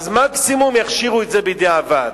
אז מקסימום יכשירו את זה בידי הוועד.